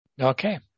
Okay